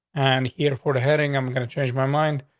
and here before heading, i'm gonna change my mind.